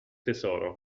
tesoro